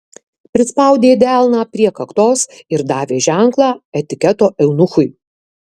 prispaudė delną prie kaktos ir davė ženklą etiketo eunuchui